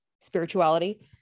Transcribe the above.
spirituality